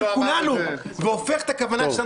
לוקח את הכוונה של כולנו והופך את הכוונה שלנו,